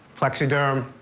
plexaderm,